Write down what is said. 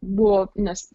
buvo nes